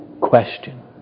Question